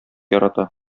ярата